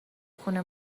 خونه